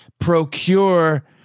procure